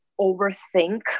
overthink